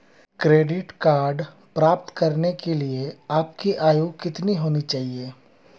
Credit card प्राप्त करने के लिए आपकी आयु कितनी होनी चाहिए?